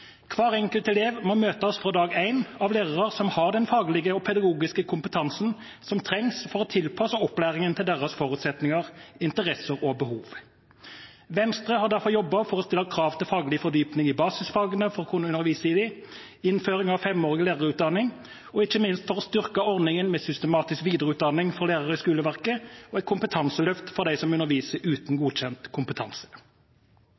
Hver enkelt elev må møtes fra dag én av lærere som har den faglige og pedagogiske kompetansen som trengs for å tilpasse opplæringen til deres forutsetninger, interesser og behov. Venstre har derfor jobbet for å stille krav til faglig fordypning i basisfagene for å kunne undervise i dem, innføring av femårig lærerutdanning, og ikke minst å styrke ordningen med systematisk videreutdanning for lærere i skoleverket og et kompetanseløft for dem som underviser uten godkjent kompetanse.